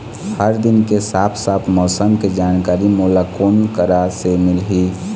हर दिन के साफ साफ मौसम के जानकारी मोला कोन करा से मिलही?